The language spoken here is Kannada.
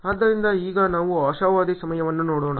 ಆದ್ದರಿಂದ ಈಗ ನಾವು ಆಶಾವಾದಿ ಸಮಯವನ್ನು ನೋಡೋಣ